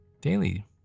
daily